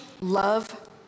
love